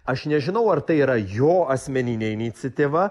aš nežinau ar tai yra jo asmeninė iniciatyva